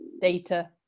Data